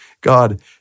God